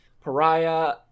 Pariah